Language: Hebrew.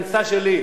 את המכסה שלי.